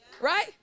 right